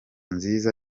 nziza